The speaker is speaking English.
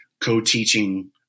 co-teaching